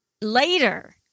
Later